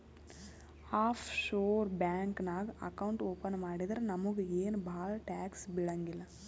of sure bank ನಾಗ್ account open ಮಾಡಿದ್ರ ನಮುಗ ಏನ್ ಭಾಳ ಟ್ಯಾಕ್ಸ್ ಬೀಳಂಗಿಲ್ಲ